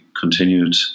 continued